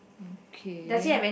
okay